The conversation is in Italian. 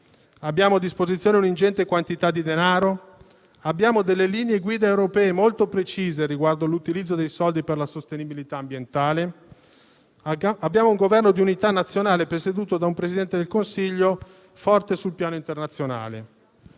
abbiamo a disposizione un'ingente quantità di denaro, delle linee guida europee molto precise riguardo l'utilizzo dei soldi per la sostenibilità ambientale e un Governo di unità nazionale presieduto da un Presidente del Consiglio forte sul piano internazionale.